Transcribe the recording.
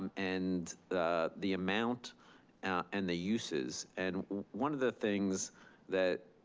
and the amount and the uses. and one of the things that,